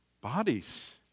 bodies